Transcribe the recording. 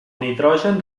nitrogen